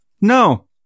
No